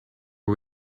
are